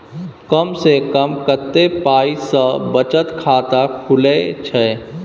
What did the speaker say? कम से कम कत्ते पाई सं बचत खाता खुले छै?